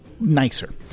nicer